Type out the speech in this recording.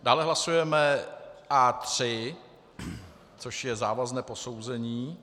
Dále hlasujeme A3, což je závazné posouzení.